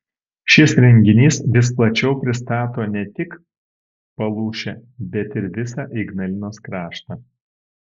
šis renginys vis plačiau pristato ne tik palūšę bet ir visą ignalinos kraštą